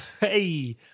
Hey